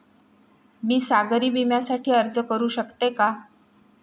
मी सागरी विम्यासाठी अर्ज करू शकते का?